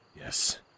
Yes